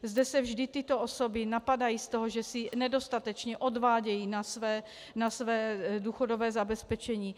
Zde se vždy tyto osoby napadají z toho, že si nedostatečně odvádějí na své důchodové zabezpečení.